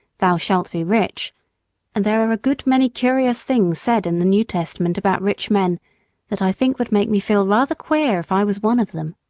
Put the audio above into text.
thou shalt be rich and there are a good many curious things said in the new testament about rich men that i think would make me feel rather queer if i was one of them.